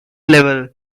level